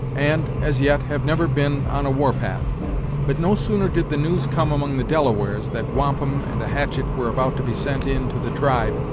and, as yet, have never been on a war-path but no sooner did the news come among the delawares, that wampum and a hatchet were about to be sent in to the tribe,